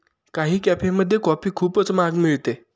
काही कॅफेमध्ये कॉफी खूपच महाग मिळते